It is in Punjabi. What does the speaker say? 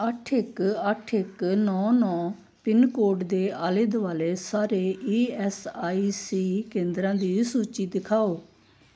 ਅੱਠ ਇੱਕ ਅੱਠ ਇੱਕ ਨੌ ਨੌ ਪਿੰਨਕੋਡ ਦੇ ਆਲੇ ਦੁਆਲੇ ਸਾਰੇ ਈ ਐਸ ਆਈ ਸੀ ਕੇਂਦਰਾਂ ਦੀ ਸੂਚੀ ਦਿਖਾਓ